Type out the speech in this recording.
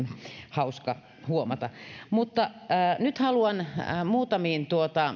hauska huomata nyt haluan muutamiin